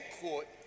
court